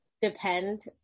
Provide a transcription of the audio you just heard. depend